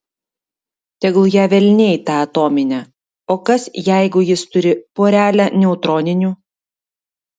tegul ją velniai tą atominę o kas jeigu jis turi porelę neutroninių